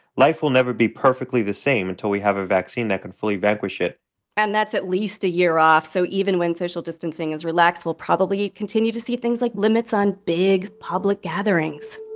life will never be perfectly the same until we have a vaccine that can fully vanquish it and that's at least a year off. so even when social distancing is relaxed, we'll probably continue to see things like limits on big public gatherings